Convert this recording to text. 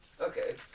Okay